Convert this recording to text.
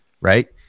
right